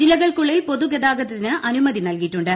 ജില്ലകൾക്കുള്ളിൽ പൊതുഗതത്തിന് അനുമതി നൽകിയിട്ടുണ്ട്